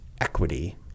equity